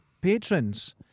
patrons